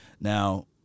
now